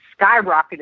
skyrocketed